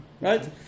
Right